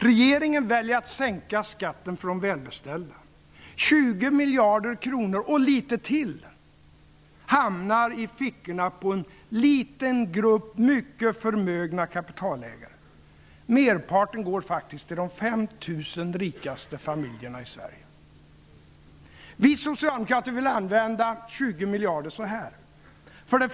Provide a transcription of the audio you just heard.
Regeringen väljer att sänka skatterna för de välbeställda. 20 miljarder kronor, och lite till, hamnar i fickorna på en liten grupp mycket förmögna kapitalägare. Merparten går faktiskt till de 5 000 rikaste familjerna i Sverige. Vi socialdemokrater vill använda 20 miljarder så här: 1.